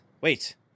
wait